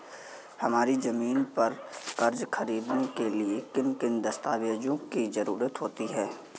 हमारी ज़मीन पर कर्ज ख़रीदने के लिए किन किन दस्तावेजों की जरूरत होती है?